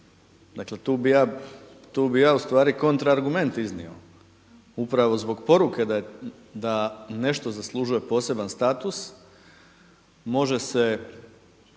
Dakle tu bih ja ustvari kontra argument iznio upravo zbog poruke da nešto zaslužuje poseban status, može se